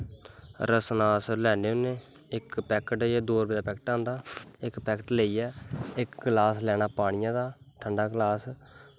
रसना अस लैन्ने होन्ने इक पैक्ट दो रपेऽ दा पैक्ट आंदा इक गलास लैना पानी दा ठंडा गलास